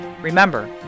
Remember